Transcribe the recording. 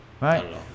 Right